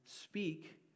speak